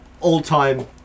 all-time